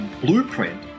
blueprint